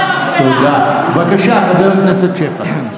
בבקשה, חבר הכנסת שפע.